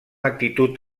actitud